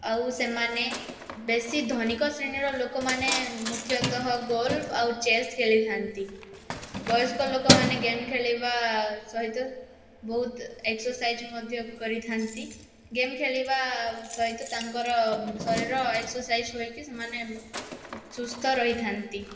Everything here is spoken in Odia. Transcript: ଆଉ ସେମାନେ ବେଶି ଧନିକ ଶ୍ରେଣୀର ଲୋକମାନେ ମୁଖ୍ୟତଃ ଗୋଲଫ୍ ଆଉ ଚେସ୍ ଖେଳିଥାଆନ୍ତି ବୟସ୍କ ଲୋକମାନେ ଗେମ୍ ଖେଳିବା ସହିତ ବହୁତ ଏକ୍ସସାଇଜ୍ ମଧ୍ୟ କରିଥାଆନ୍ତି ଗେମ୍ ଖେଳିବା ସହିତ ତାଙ୍କର ଶରୀର ଏକ୍ସସାଇଜ୍ ହୋଇକି ସେମାନେ ସୁସ୍ଥ ରହିଥାଆନ୍ତି